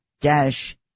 dash